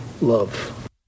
Love